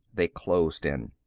they closed in.